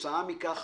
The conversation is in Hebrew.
כתוצאה מכך,